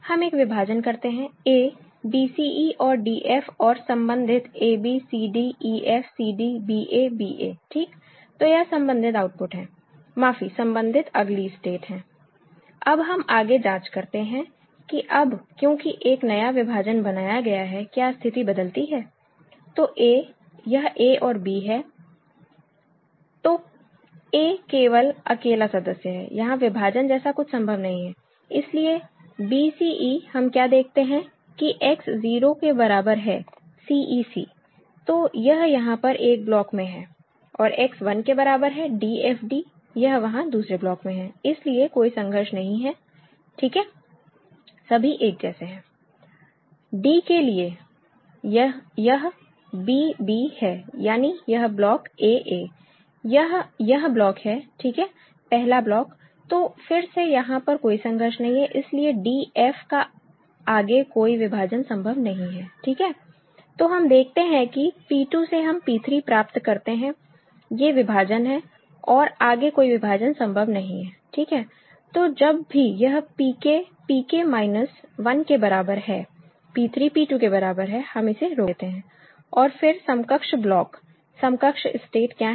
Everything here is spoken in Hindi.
हम एक विभाजन करते हैं a b c e और d f और संबंधित a b c d e f c d b a b a ठीक तो यह संबंधित आउटपुट हैं माफी संबंधित अगली स्टेट हैं अब हम आगे जांच करते हैं कि अब क्योंकि एक नया विभाजन बनाया गया है क्या स्थिति बदलती है तो a यह a और b है तो a केवल अकेला सदस्य है यहां विभाजन जैसा कुछ संभव नहीं है इसलिए b c e हम क्या देखते हैं कि X 0 के बराबर है c e c तो यह यहां पर एक ब्लॉक में है और X 1 के बराबर है d f d यह वहां दूसरे ब्लॉक में है इसलिए कोई संघर्ष नहीं है ठीक है सभी एक जैसे हैं d के लिए यदि यह b b है यानी यह ब्लॉक a a यह यह ब्लॉक है ठीक है पहला ब्लॉक तो फिर से यहां पर कोई संघर्ष नहीं है इसलिए d f का आगे कोई विभाजन संभव नहीं है ठीक है तो हम देखते हैं कि P2 से हम P3 प्राप्त करते हैं ये विभाजन हैं और आगे कोई विभाजन संभव नहीं है ठीक है तो जब भी यह Pk Pk माइनस 1 के बराबर है P3 P2 के बराबर है हम इसे रोक देते हैं और फिर समकक्ष ब्लॉक समकक्ष स्टेट क्या हैं